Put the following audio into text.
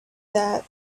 that